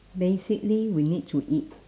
basically we need to eat